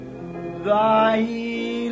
Thy